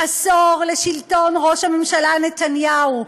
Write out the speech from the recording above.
עשור לשלטון ראש הממשלה נתניהו,